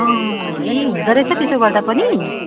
अँ है हुँदोरहेछ त्यसो गर्दा पनि